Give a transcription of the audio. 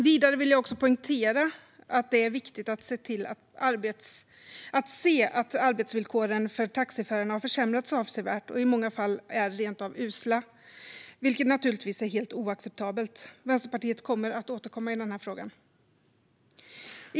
Vidare vill jag också poängtera att det är viktigt att se att arbetsvillkoren för taxiförarna har försämrats avsevärt och i många fall är rent av usla, vilket naturligtvis är helt oacceptabelt. Vänsterpartiet kommer att återkomma i frågan.